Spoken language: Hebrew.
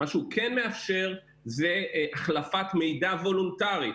מה שהוא כן מאפשר זה החלפת מידע וולונטרי.